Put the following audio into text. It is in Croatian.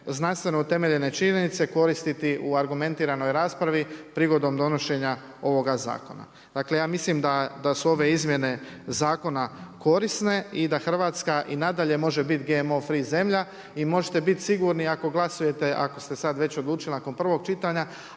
znanstveno utemeljene činjenice koristiti u argumentiranoj raspravi prigodom donošenja ovoga zakona. Dakle, ja mislim da su ove izmjene zakona korisne i da Hrvatska i nadalje može biti GMO free zemlja i možete biti sigurni, ako glasujete, ako ste sad već odlučili nakon prvog čitanja,